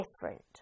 different